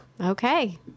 Okay